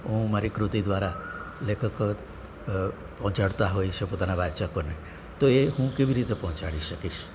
હું મારી કૃતિ દ્વારા લેખક પહોંચાડતા હોય છે પોતાના વાચકોને તો એ હું કેવી રીતે પહોંચાડી શકીશ